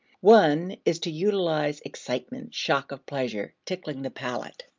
one is to utilize excitement, shock of pleasure, tickling the palate.